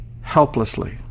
helplessly